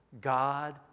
God